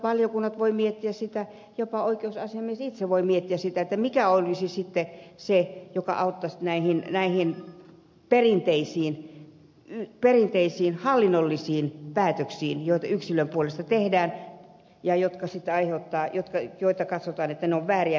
valiokunnat voivat miettiä sitä jopa oikeusasiamies itse voi miettiä sitä mikä olisi sitten se järjestelmä mikä auttaisi näihin perinteisiin hallinnollisiin päätöksiin joita yksilön puolesta tehdään ja joiden katsotaan olevan vääriä päätöksiä